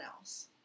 else